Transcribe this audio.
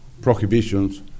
prohibitions